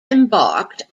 embarked